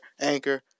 Anchor